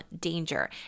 danger